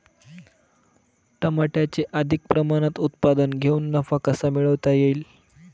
टमाट्याचे अधिक प्रमाणात उत्पादन घेऊन नफा कसा मिळवता येईल?